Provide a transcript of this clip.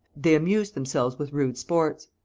they amused themselves with rude sports.